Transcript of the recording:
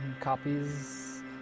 copies